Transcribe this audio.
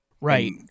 right